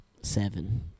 Seven